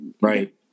right